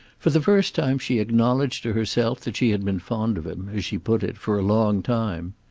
for the first time she acknowledged to herself that she had been fond of him, as she put it, for a long time.